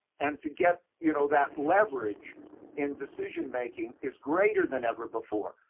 and to get, you know, that leverage in decision-making, is greater than ever before.